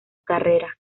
carrera